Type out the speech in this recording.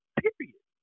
period